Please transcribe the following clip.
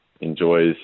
enjoys